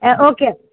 okay